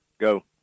go